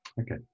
Okay